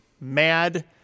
mad